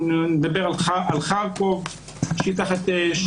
אנחנו נדבר על חרקוב שהיא תחת אש,